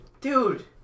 Dude